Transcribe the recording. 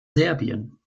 serbien